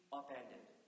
upended